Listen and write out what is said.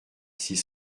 six